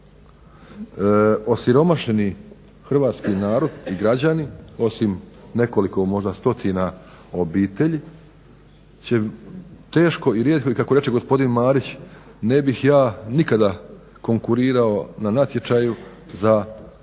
Osiromašeni hrvatski narod i građani osim nekoliko možda stotina obitelji će teško i kako reće gospodin Marić, ne bih ja nikada konkurirao na natječaju za kupovinu